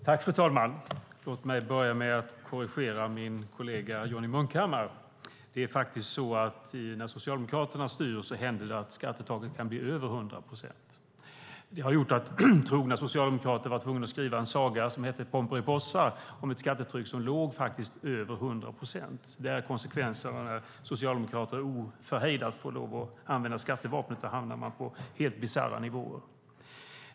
Fru talman! Låt mig börja med att korrigera min kollega Johnny Munkhammar. När Socialdemokraterna styrde kunde det hända att skattetrycket blev över 100 procent. Det gjorde att trogna socialdemokrater blev tvungna att skriva en saga som hette Pomperipossa om ett skattetryck som låg över 100 procent. Det är konsekvensen om socialdemokrater ohejdat får lov att använda skattevapnet. Då hamnar man på helt bisarra nivåer.